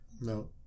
No